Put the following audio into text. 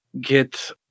get